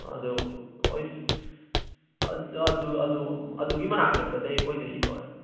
ꯑꯗꯣ ꯍꯣꯏ ꯑꯗꯨ ꯑꯗꯨ ꯑꯗꯨꯒꯤ ꯃꯅꯥꯛ ꯅꯛꯄꯗꯩ ꯑꯣꯏꯗꯣꯏꯅꯤꯀꯣ ꯏꯌꯥꯝꯕ